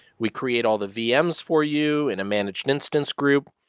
we create all the vms for you in a managed instance group.